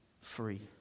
free